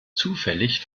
zufällig